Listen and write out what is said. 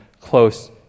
close